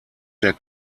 der